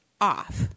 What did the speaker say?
off